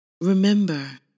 Remember